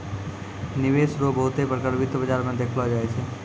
निवेश रो बहुते प्रकार वित्त बाजार मे देखलो जाय छै